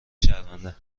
شرمنده